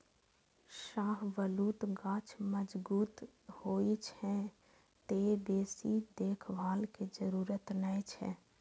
शाहबलूत गाछ मजगूत होइ छै, तें बेसी देखभाल के जरूरत नै छै